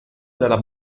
della